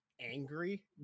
angry